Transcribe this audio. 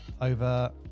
Over